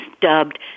dubbed